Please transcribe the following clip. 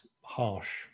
harsh